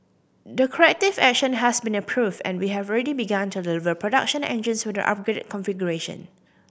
the corrective action has been approved and we have already begun to deliver production engines with the upgraded configuration